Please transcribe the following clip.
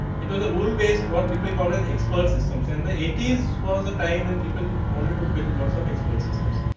it was the rule based what people called as expert systems. and the eighty s was the time and people wanted to bill lots of expert systems.